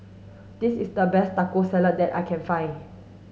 this is the best Taco Salad that I can find